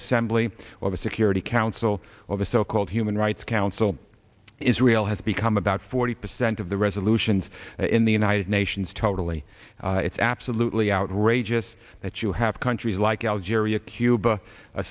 assembly or the security council or the so called human rights council israel has become about forty percent of the resolutions in the united nations totally it's absolutely outrageous that you have countries like algeria cuba